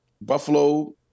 Buffalo